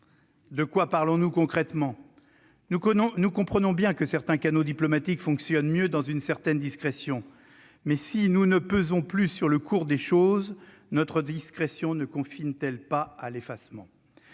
De quoi parlons-nous concrètement ? Nous comprenons bien que certains canaux diplomatiques fonctionnent mieux dans une certaine discrétion, mais, si nous ne pesons plus sur le cours des choses, notre discrétion ne confine-t-elle pas à l'effacement ?